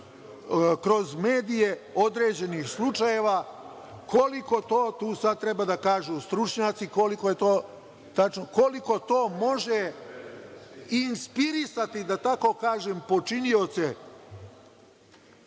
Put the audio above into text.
kroz medije određenih slučajeva, koliko to, tu sada treba da kažu stručnjaci, koliko to može inspirisati, da tako kažem, počinioce